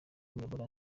muyobora